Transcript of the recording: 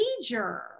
major